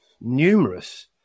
numerous